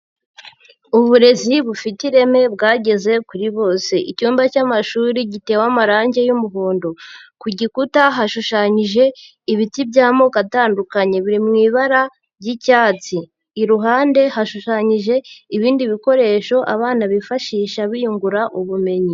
Uburezi bufite ireme bwageze kuri bose. Icyumba cy'amashuri gitewe amarangi y'umuhondo. Ku gikuta hashushanyije ibiti by'amoko atandukanye. Biri mu ibara ry'icyatsi. Iruhande hashushanyije ibindi bikoresho abana bifashisha biyungura ubumenyi.